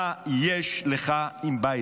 מה יש לך עם ביידן?